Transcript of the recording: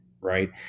Right